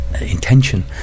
intention